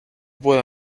puedo